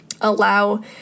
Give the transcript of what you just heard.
allow